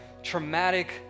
traumatic